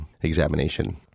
examination